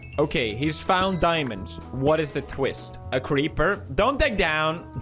ok, he's found diamonds. what is the twist a creeper don't dig down